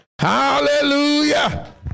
Hallelujah